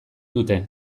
dute